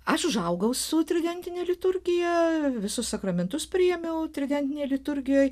aš užaugau su tridentine liturgija visus sakramentus priėmiau tridetinėj liturgijoj